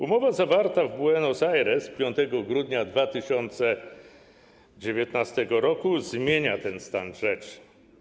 Umowa zawarta w Buenos Aires 5 grudnia 2019 r. zmienia ten stan rzeczy.